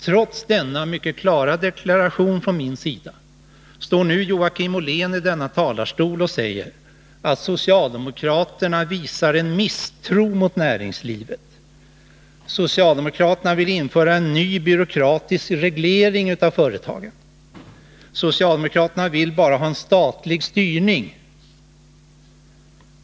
Trots denna min mycket klara deklaration står nu Joakim Ollén i talarstolen och säger att socialdemokraterna visar en misstro mot näringslivet, att socialdemokraterna vill införa en ny byråkratisk reglering av företagen och att socialdemokraterna bara vill ha en statlig styrning.